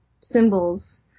symbols